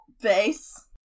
face